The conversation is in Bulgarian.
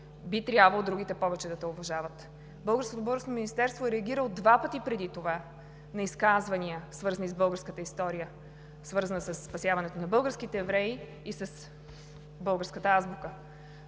би трябвало другите повече да те уважават. Българското Външно министерство е реагирало два пъти преди това на изказвания, свързани с българската история, свързани със спасяването на българските евреи и с българската азбука